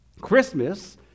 Christmas